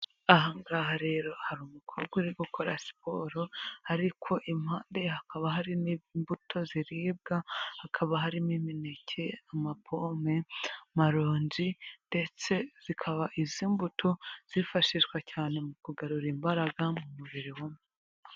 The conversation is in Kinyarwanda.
Aha ngaha rero hari umukobwa uri gukora siporo, ariko impande hakaba hari n'imbuto ziribwa, hakaba harimo: imineke, amapome, maronji, ndetse zikaba izi mbuto zifashishwa cyane mu kugarura imbaraga mu mubiri w'umuntu.